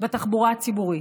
בתחבורה הציבורית.